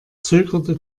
zögerte